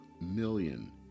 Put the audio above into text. million